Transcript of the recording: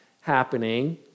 happening